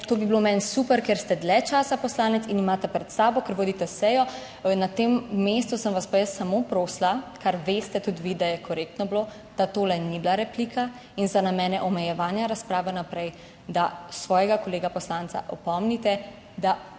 to bi bilo meni super, ker ste dlje časa poslanec in imate pred sabo, ker vodite sejo. Na tem mestu sem vas pa jaz samo prosila, kar veste tudi vi, da je korektno bilo, da tole ni bila replika in za namene omejevanja razprave naprej, da svojega kolega poslanca opomnite, da